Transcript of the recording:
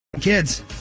Kids